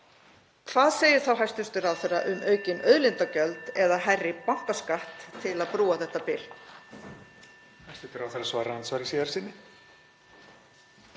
hvað segir þá hæstv. ráðherra um aukin auðlindagjöld eða hærri bankaskatt til að brúa þetta bil?